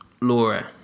Laura